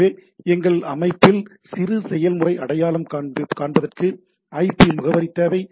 எனவே எங்கள் அமைப்பில் சிறு செயல்முறை அடையாளம் காண்பதற்கு IP முகவரி தேவை